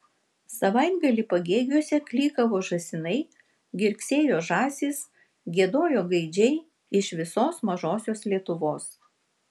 savaitgalį pagėgiuose klykavo žąsinai girgsėjo žąsys giedojo gaidžiai iš visos mažosios lietuvos